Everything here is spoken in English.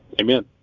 Amen